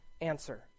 answer